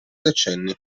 decenni